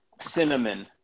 Cinnamon